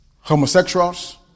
homosexuals